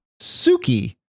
Suki